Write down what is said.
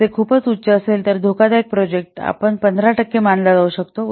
जर ते खूपच उच्च असेल तर जो धोकादायक प्रोजेक्ट आपण 15 टक्के मानला जाऊ शकतो